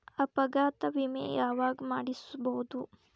ಅಪಘಾತ ವಿಮೆ ಯಾವಗ ಮಾಡಿಸ್ಬೊದು?